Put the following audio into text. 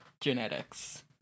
genetics